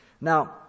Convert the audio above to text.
Now